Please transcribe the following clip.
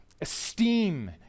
esteem